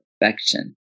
perfection